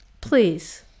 please